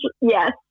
yes